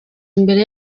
imbere